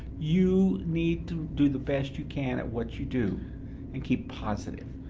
you need to do the best you can at what you do and keep positive.